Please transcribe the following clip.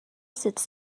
sits